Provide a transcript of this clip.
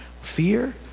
fear